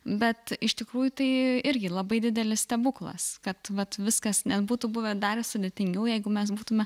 bet iš tikrųjų tai irgi labai didelis stebuklas kad viskas nebūtų buvę dar sudėtingiau jeigu mes būtume